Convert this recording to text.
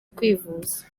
kwivuza